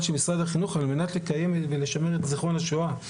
של משרד החינוך על מנת לקיים ולשמר את זיכרון השואה.